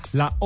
la